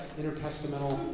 intertestamental